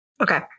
okay